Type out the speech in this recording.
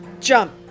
Jump